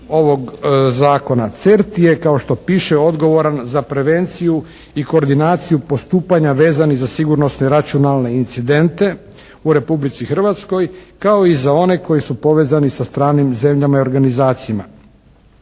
ovog Zakona. CERT je kao što piše odgovoran za prevenciju i koordinaciju postupanja vezanih za sigurnosne računalne incidente u Republici Hrvatskoj kao i za one koji su povezani sa stranim zemljama i organizacijama.